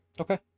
Okay